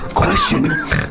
Question